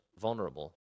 vulnerable